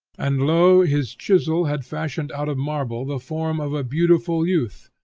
and lo! his chisel had fashioned out of marble the form of a beautiful youth,